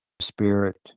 spirit